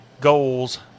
goals